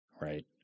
right